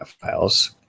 files